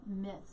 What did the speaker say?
myths